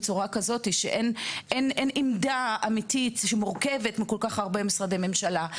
בצורה כזאת שבה אין עמדה אמיתית שמורכבת מהרבה משרדי ממשלה,